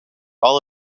all